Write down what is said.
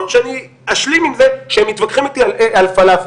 או שאני אשלים עם זה שהם מתווכחים איתי על פלאפל.